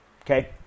okay